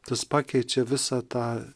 tas pakeičia visą tą